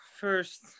first